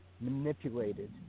manipulated